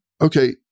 Okay